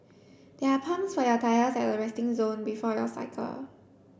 there are pumps for your tyres at the resting zone before your cycle